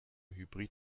hybrid